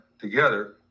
together